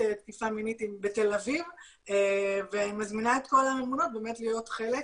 תקיפה מינית בתל אביב ואני מזמינה את כל הממונות באמת להיות חלק.